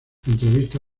entrevista